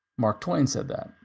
mark twain said that.